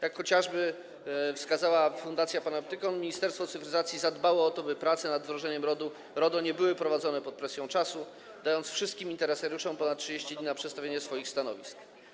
Jak wskazała chociażby Fundacja Panoptykon, Ministerstwo Cyfryzacji zadbało o to, by prace nad wdrożeniem RODO nie były prowadzone pod presją czasu, i dało wszystkim interesariuszom ponad 30 dni na przedstawienie ich stanowisk.